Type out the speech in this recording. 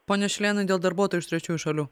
pone šilėnai dėl darbuotojų iš trečiųjų šalių